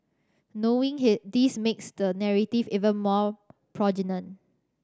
knowing this makes the narrative even more poignant